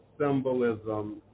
symbolism